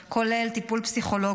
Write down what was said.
כולל טיפול פסיכולוגי,